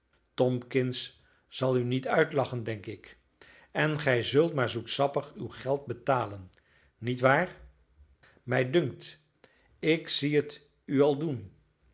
tompkins zal u niet uitlachen denk ik en gij zult maar zoetsappig uw geld betalen niet waar mij dunkt ik zie het u al doen